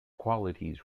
qualities